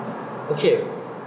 okay